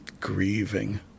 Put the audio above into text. grieving